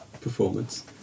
performance